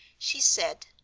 she said,